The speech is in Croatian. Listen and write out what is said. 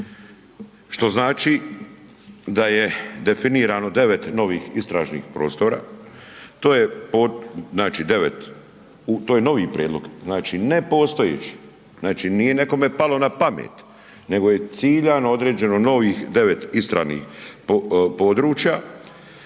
što znači da je definirano 9 novih istražnih prostora. To je znači 9, to je novi prijedlog znači nepostojeći. Znači nije nekome palo na pamet nego je ciljano određeno novih 9 istražnih područja,